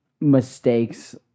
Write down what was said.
mistakes